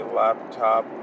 laptop